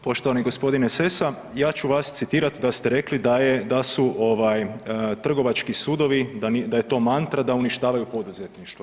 Poštovani gospodine Sessa ja ću vas citirati da ste rekli da je, da su ovaj trgovački sudovi da je to mantra da uništavaju poduzetništvo.